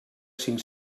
cinc